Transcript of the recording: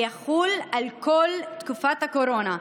ויחול על כל תקופת הקורונה,